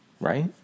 right